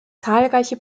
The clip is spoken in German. zahlreiche